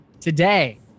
Today